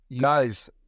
Guys